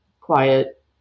quiet